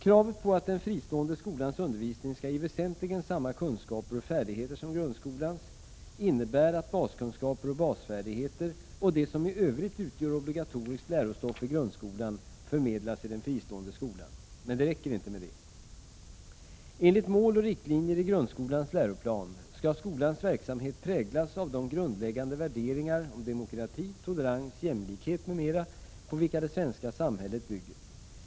Kravet på att den fristående skolans undervisning skall ge väsentligen samma kunskaper och färdigheter som grundskolans innebär att baskunskaper och basfärdigheter och det som i övrigt utgör obligatoriskt lärostoff i grundskolan förmedlas i den fristående skolan. Men det räcker inte med detta. Enligt mål och riktlinjer i grundskolans läroplan skall skolans verksamhet präglas av de grundläggande värderingar och demokrati, tolerans, jämlikhet m.m. på vilka det svenska samhället bygger.